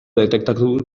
detektatu